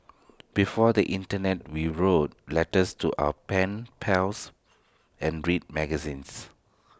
before the Internet we wrote letters to our pen pals and read magazines